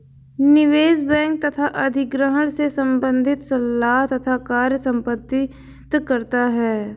निवेश बैंक तथा अधिग्रहण से संबंधित सलाह तथा कार्य संपादित करता है